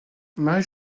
marie